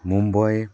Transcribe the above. Mumbai